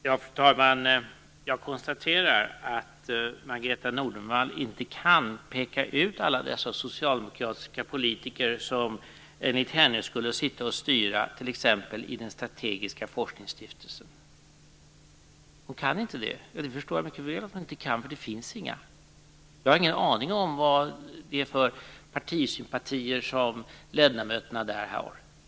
Fru talman! Jag konstaterar att Margareta Nordenvall inte kan peka ut alla socialdemokratiska politiker som enligt henne styr, t.ex. när det gäller Stiftelsen för strategisk forskning. Jag förstår mycket väl att hon inte kan det. Det finns nämligen inga socialdemokratiska politiker där. Jag har ingen aning om vilka partisympatier som ledamöterna där har.